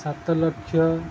ସାତ ଲକ୍ଷ